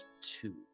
two